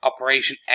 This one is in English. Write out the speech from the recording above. Operation